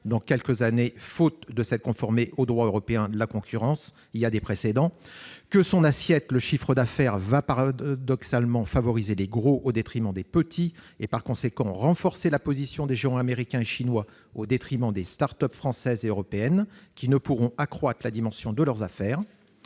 dans quelques années, faute de s'être conformée au droit européen de la concurrence- il y a des précédents. L'assiette retenue, à savoir le chiffre d'affaires, favorisera paradoxalement les gros au détriment des petits et, par conséquent, renforcera la position des géants américains et chinois à l'égard des start-up françaises et européennes, qui ne pourront accroître la dimension de leurs affaires.